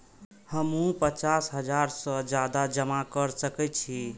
हमू पचास हजार से ज्यादा जमा कर सके छी?